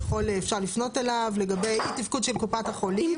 אפשר לפנות אליו לגבי אי תפקוד של קופת חולים.